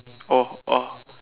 oh oh